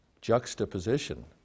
juxtaposition